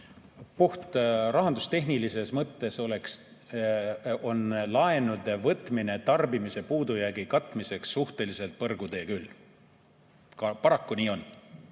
Puhtalt rahandustehnilises mõttes on laenude võtmine tarbimise puudujäägi katmiseks suhteliselt põrgutee. Paraku nii on.